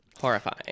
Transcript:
Horrifying